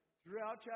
throughout